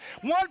One